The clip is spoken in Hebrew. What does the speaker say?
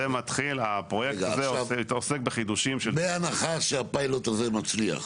הפרויקט הזה עוסק בחידושים --- בהנחה שהפיילוט הזה מצליח,